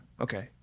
okay